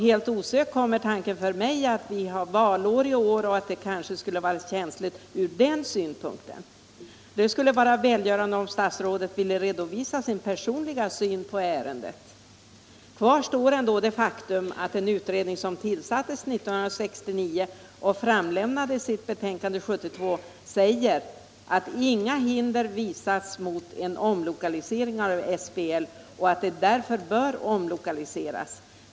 Helt osökt kommer tanken för mig att vi har valår i år och att det kanske skulle vara känsligt ur den synpunkten. Det skulle vara välgörande om statsrådet ville redovisa sin personliga syn på ärendet. Kvar står ändå det faktum att den utredning som tillsattes 1969 och 145 avlämnade sitt betänkande 1972 säger att inga hinder visats mot en om lokalisering av SBL och att SBL därför bör omlokaliseras.